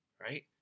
right